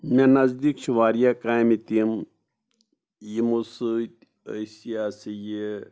مےٚ نَزدیٖک چھِ واریاہ کامہِ تِم یِمو سۭتۍ أسۍ یہ ہسا یہِ